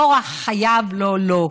אורח חייו לא לו,